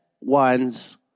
ones